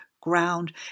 ground